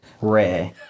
rare